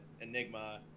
Enigma